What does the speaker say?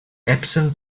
epsom